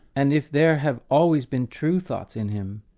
and if there have always been true thoughts in him,